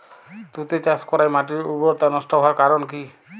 তুতে চাষ করাই মাটির উর্বরতা নষ্ট হওয়ার কারণ কি?